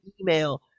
email